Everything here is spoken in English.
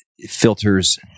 filters